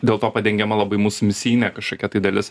dėl to padengiama labai mūsų misijinė kažkokia tai dalis